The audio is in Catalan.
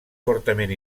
fortament